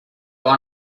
want